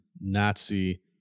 Nazi